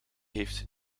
heeft